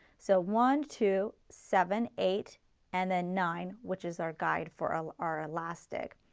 so one, two, seven, eight and then nine which is our guide for our our elastic.